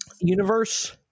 universe